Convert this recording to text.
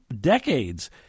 decades